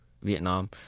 Vietnam